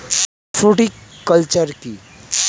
Fruticulture কী?